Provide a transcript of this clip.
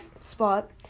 spot